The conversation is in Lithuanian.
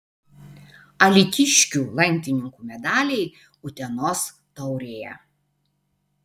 alytiškių lankininkų medaliai utenos taurėje